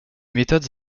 méthodes